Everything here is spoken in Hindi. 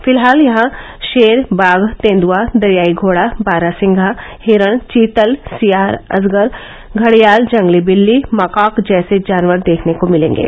फिलहाल यहां शेर बाघ तेंदुआ दरियाई घोड़ा बारहसिंघा हिरण चीतल सियार अजगर घड़ियाल जंगली बिल्ली मकॉक जैसे जानवर देखने को मिलेंगे